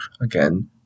again